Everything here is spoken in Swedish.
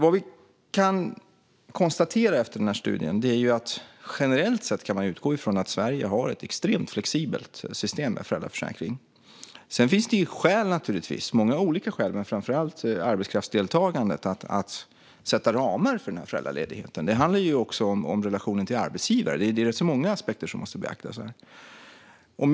Vad vi kan konstatera efter att ha tagit del av denna studie är att man generellt sett kan utgå från att Sverige har ett extremt flexibelt system med föräldraförsäkring. Sedan finns det naturligtvis många olika skäl - framför allt arbetskraftsdeltagandet - att sätta ramar för föräldraledigheten. Det handlar också om relationen till arbetsgivaren; det är ganska många aspekter som måste beaktas här.